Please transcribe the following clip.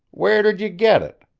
where did you get it?